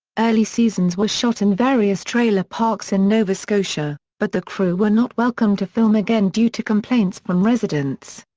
early seasons were shot in various trailer parks in nova scotia, but the crew were not welcomed to film again due to complaints from residents.